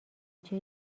بچه